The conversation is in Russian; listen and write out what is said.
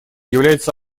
является